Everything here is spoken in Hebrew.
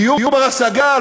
דיור בר-השגה,